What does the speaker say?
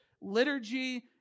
liturgy